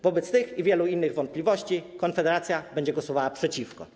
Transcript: Wobec tych i wielu innych wątpliwości Konfederacja będzie głosowała przeciwko.